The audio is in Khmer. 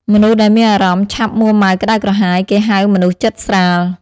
មនុស្សដែលមានអារម្មណ៍ឆាប់មួរម៉ៅក្តៅក្រហាយ គេហៅមនុស្សចិត្តស្រាល ។